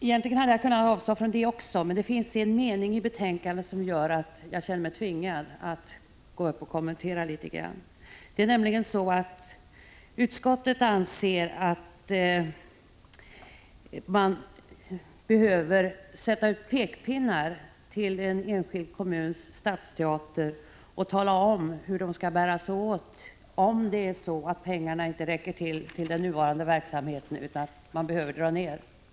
Egentligen hade jag kunnat avstå även från det, men det finns en mening i betänkandet som gör att jag känner mig tvingad att göra några kommentarer. Utskottet anser nämligen att man måste ge pekpinnar till en enskild kommuns Stadsteater och tala om hur den skall bära sig åt om pengarna inte räcker till den nuvarande verksamheten och man därmed måste dra ner på verksamheten.